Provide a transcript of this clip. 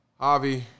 Javi